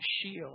shield